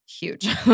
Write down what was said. huge